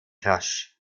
rasch